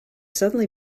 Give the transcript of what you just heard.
suddenly